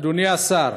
אדוני השר,